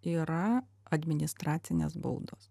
yra administracinės baudos